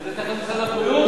וזה תחת משרד הבריאות.